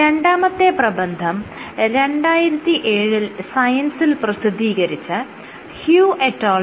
രണ്ടാമത്തെ പ്രബന്ധം 2007 ൽ സയൻസിൽ പ്രസിദ്ധീകരിച്ച ഹ്യൂ et al